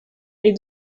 est